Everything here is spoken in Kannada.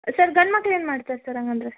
ಸರ್ ಗಂಡು ಮಕ್ಳು ಏನು ಮಾಡ್ತಾರೆ ಸರ್ ಹಾಗಂದ್ರೆ